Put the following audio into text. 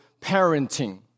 parenting